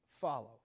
follow